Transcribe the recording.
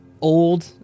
old